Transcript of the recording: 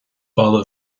balla